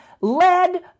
led